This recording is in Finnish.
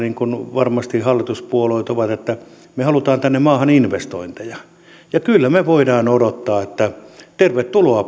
varmasti hallituspuolueet ovat sitä mieltä että me haluamme tähän maahan investointeja ja kyllä me voimme odottaa että tervetuloa